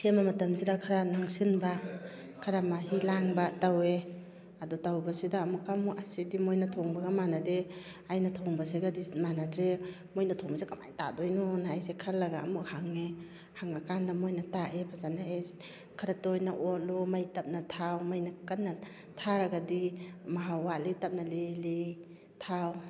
ꯁꯦꯝꯕ ꯃꯇꯝꯁꯤꯗ ꯈꯔ ꯅꯪꯁꯤꯟꯕ ꯈꯔꯥ ꯃꯍꯤ ꯂꯥꯡꯕ ꯇꯧꯋꯦ ꯑꯗꯣ ꯇꯧꯕꯁꯤꯗ ꯑꯃꯨꯛꯀ ꯑꯃꯨꯛ ꯑꯁꯤꯗꯤ ꯃꯣꯏꯅ ꯊꯣꯡꯕꯒ ꯃꯥꯟꯅꯗꯦ ꯑꯩꯅ ꯊꯣꯡꯕꯁꯤꯒꯗꯤ ꯃꯥꯟꯅꯗ꯭ꯔꯦ ꯃꯣꯏꯅ ꯊꯣꯡꯕꯁꯤ ꯀꯃꯥꯏꯅ ꯇꯥꯗꯣꯏꯅꯣꯅ ꯑꯩꯁꯦ ꯈꯟꯂꯒ ꯑꯃꯨꯛ ꯍꯪꯉꯦ ꯍꯪꯉ ꯀꯟꯗ ꯃꯣꯏꯅ ꯇꯥꯛꯑꯦ ꯐꯖꯅ ꯑꯦ ꯈꯔꯥ ꯇꯣꯏꯅ ꯑꯣꯠꯂꯨ ꯃꯩ ꯇꯞꯅ ꯊꯥꯎ ꯃꯩꯅ ꯀꯟꯅ ꯊꯥꯔꯒꯗꯤ ꯃꯍꯥꯎ ꯋꯥꯠꯂꯤ ꯇꯞꯅ ꯂꯤꯔꯤ ꯂꯤꯔꯤ ꯊꯥꯎ